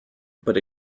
but